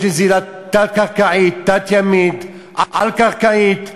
יש נזילה תת-קרקעית, תת-ימית, על-קרקעית,